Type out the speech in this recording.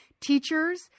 Teachers